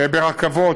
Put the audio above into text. ברכבות,